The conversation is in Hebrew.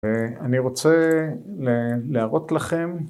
אני רוצה להראות לכם